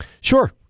Sure